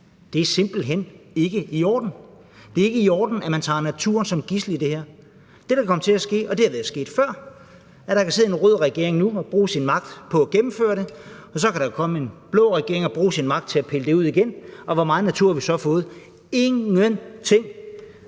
Det er simpelt hen ikke i orden. Det er ikke i orden, at man tager naturen som gidsel i det her. Det, der kan komme til at ske – og det er sket før – er, at der nu kan sidde en rød regering og bruge sin magt til at gennemføre det, og så kan der komme en blå regering og bruge sin magt til at pille det ud igen, og hvor meget natur har vi så fået? Intet.